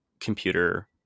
Computer